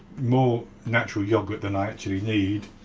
more natural yoghurt than i actually need